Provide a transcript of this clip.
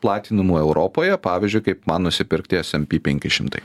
platinamų europoje pavyzdžiui kaip man nusipirkti smp penki šimtai